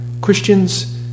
Christians